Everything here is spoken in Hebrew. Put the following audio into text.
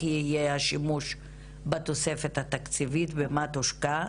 יהיה השימוש בתוספת התקציבית ובמה היא תושקע.